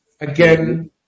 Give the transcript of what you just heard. again